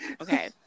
Okay